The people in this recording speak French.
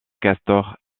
castor